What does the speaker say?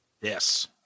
Yes